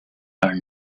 are